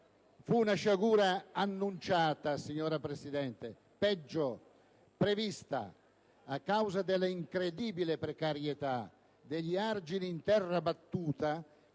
Fu una sciagura annunciata, signora Presidente, o peggio prevista, a causa dell'incredibile precarietà degli argini in terra battuta